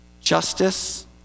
justice